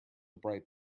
bright